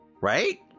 Right